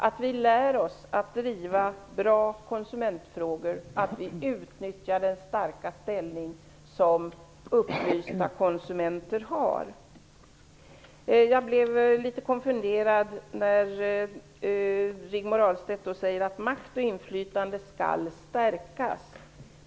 Vi måste lära oss att driva bra konsumentfrågor och utnyttja den starka ställning som upplysta konsumenter har. Jag blev litet konfunderad när Rigmor Ahlstedt sade att konsumenternas makt och inflytande skall stärkas.